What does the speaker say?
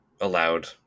allowed